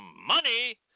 money